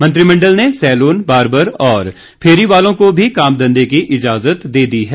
मंत्रिमंडल ने saloon barber और फेरी वालों को भी कामधंधे की इजाजत दे दी है